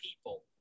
people